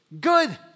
Good